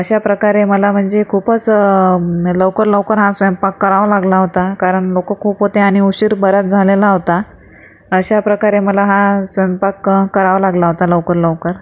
अशा प्रकारे मला म्हणजे खूपच लवकर लवकर हा स्वयंपाक करावा लागला होता कारण लोकं खूप होते आणि उशीर बराच झलेला होता अशा प्रकारे मला हा स्वयंपाक करावा लागला होता लवकर लवकर